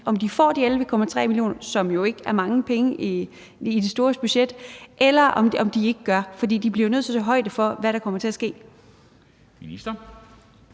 om de får de 11,3 mio. kr. – som jo ikke er mange penge i det store budget – eller om de ikke gør? For de bliver jo nødt til at tage højde for, hvad der kommer til at ske. Kl.